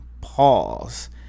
pause